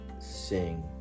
Sing